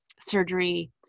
surgery